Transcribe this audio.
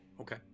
Okay